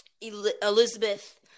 Elizabeth